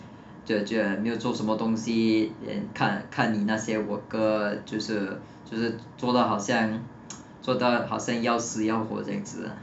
就 uh 就 uh 没有做什么东西 then 看看你那些 worker 就是就是做到好像做到好像要死要活这样子 ah